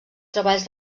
treballs